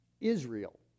Israel